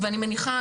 ואני מניחה,